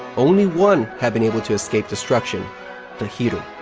only one had been able to escape destruction the hiryu.